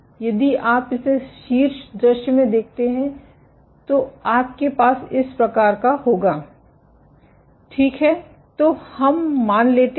इसलिए यदि आप इसे शीर्ष दृश्य में देखते हैं तो आपके पास इस प्रकार होगा ठीक है तो हम मान लेते हैं